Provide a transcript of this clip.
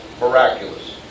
Miraculous